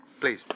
please